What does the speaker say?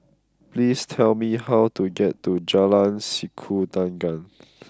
please tell me how to get to Jalan Sikudangan